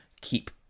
keep